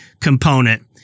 component